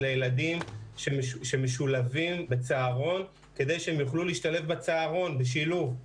לילדים שמשולבים בצהרון כדי שהם יוכלו להשתלב בצהרון.